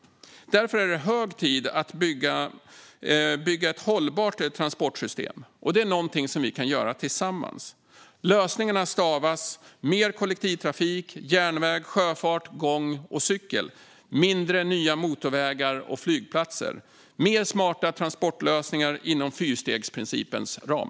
Därför är det hög tid att bygga ett hållbart transportsystem, och det är någonting som vi kan göra tillsammans. Lösningarna stavas mer kollektivtrafik, järnväg, sjöfart, gång och cykling, mindre av nya motorvägar och flygplatser, mer smarta transportlösningar inom fyrstegsprincipens ram.